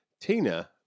Tina